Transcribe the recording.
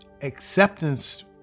acceptance